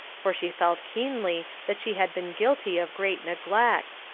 for she felt keenly that she had been guilty of great neglect,